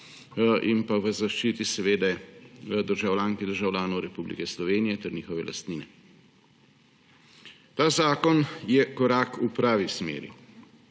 in v zaščiti državljank in državljanov Republike Slovenije ter njihove lastnine. Ta zakon je korak v pravi smeri,